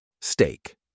Steak